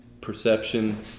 perception